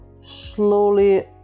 slowly